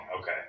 okay